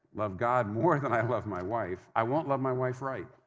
love god more than i um love my wife, i won't love my wife right.